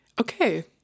Okay